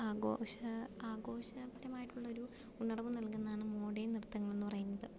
ആഘോഷപരമായിട്ടുള്ളൊരു ഉണർവ്വ് നല്കുന്നതാണ് മോഡേൺ നൃത്തങ്ങളെന്ന് പറയുന്നത്